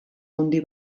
handi